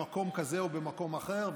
במקום כזה או במקום אחר.